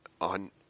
on